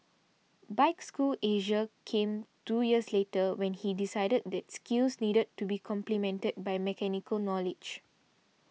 Bike School Asia came two years later when he decided that skills needed to be complemented by mechanical knowledge